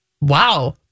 Wow